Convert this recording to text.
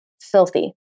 filthy